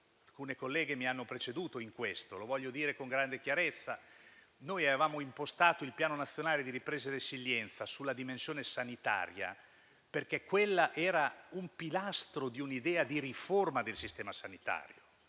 Alcune colleghe mi hanno preceduto in questo, lo voglio dire con grande chiarezza: noi avevamo impostato il Piano nazionale di ripresa e resilienza sulla dimensione sanitaria, perché quella era il pilastro di un'idea di riforma del sistema sanitario.